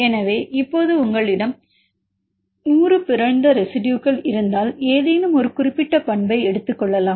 எனவே இப்போது உங்களிடம் 100 பிறழ்ந்த ரெசிடுயுகள் இருந்தால் ஏதேனும் ஒரு குறிப்பிட்ட பண்பை எடுத்துக் கொள்ளலாம்